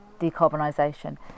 decarbonisation